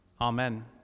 Amen